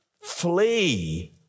Flee